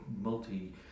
multi